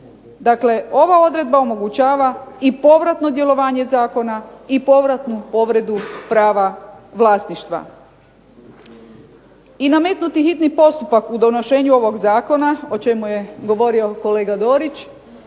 Dakle, ova odredba omogućava i povratno djelovanje zakona i povratnu povredu prava vlasništva. I nametnuti hitni postupak u donošenju ovog zakona o čemu je govorio kolega Dorić